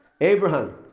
Abraham